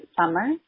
summer